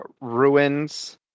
ruins